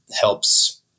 helps